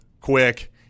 quick